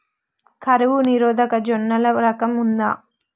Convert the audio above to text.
కరువు నిరోధక జొన్నల రకం ఉందా?